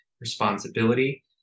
responsibility